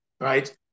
right